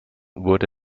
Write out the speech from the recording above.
wurde